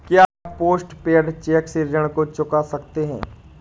क्या postpaid cheque से ऋण को चुका सकते हैं?